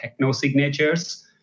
technosignatures